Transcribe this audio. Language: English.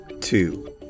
two